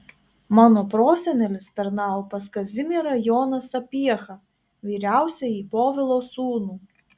mano prosenelis tarnavo pas kazimierą joną sapiehą vyriausiąjį povilo sūnų